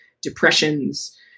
depressions